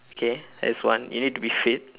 okay that's one you need to be fit